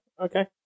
okay